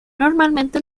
normalmente